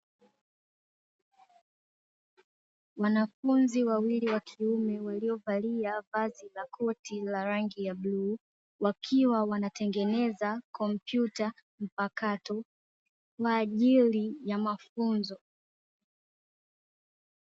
Wanafunzi wawili wakiume waliovalia vazi la koti la rangi ya bluu wakiwa wanatengeneza kompyuta mpakato kwaajili mafunzo.